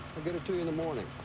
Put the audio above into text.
i'll get it to you in the morning.